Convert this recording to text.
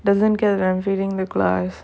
doesn't care the feeling the class